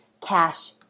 cash